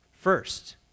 First